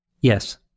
Yes